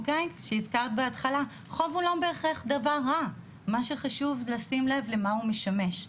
הוא לא בהכרח רע, מה שחשוב לשים לב למה הוא משמש.